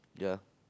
ya